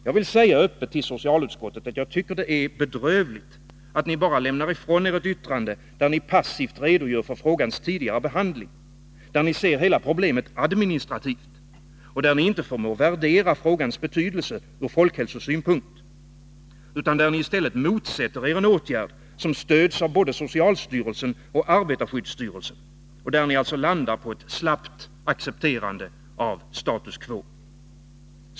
Jag vill säga öppet till socialutskottets företrädare, att jag tycker det är för bedrövligt att ni bara lämnar ifrån er ett yttrande där ni passivt redogör för frågans tidigare behandling, där ni ser hela problemet administrativt, där ni inte förmår värdera frågans betydelse ur folkhälsosynpunkt, där ni i stället motsätter er en åtgärd som stöds av både socialstyrelsen och arbetarskyddsstyrelsen och där ni alltså landar på ett slappt accepterande av status quo.